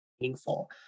meaningful